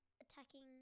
attacking